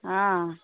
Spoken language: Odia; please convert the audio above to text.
ହଁ